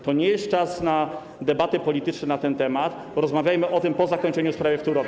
To nie jest czas na debaty polityczne na ten temat, porozmawiajmy o tym po zakończeniu sprawy w Turowie.